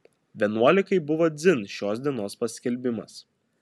vienuolikai buvo dzin šios dienos paskelbimas